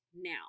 now